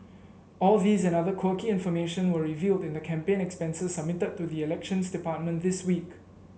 all these and other quirky information were revealed in the campaign expenses submitted to the Elections Department this week